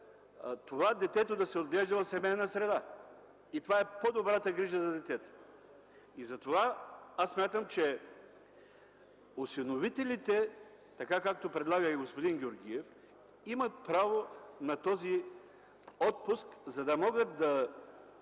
детето да се отглежда в семейна среда и това е по-добрата грижа за детето. Затова аз смятам, че осиновителите, така както предлага и господин Георгиев, имат право на този отпуск, за да могат да